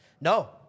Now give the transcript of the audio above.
No